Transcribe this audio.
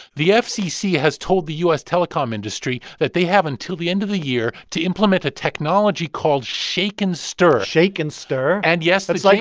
the fcc has told the u s. telecom industry that they have until the end of the year to implement a technology called shaken stir shaken stir? and yes, the. it's like.